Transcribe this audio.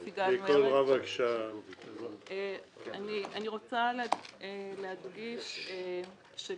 אני רוצה להדגיש שבעצם